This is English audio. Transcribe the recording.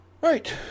right